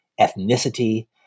ethnicity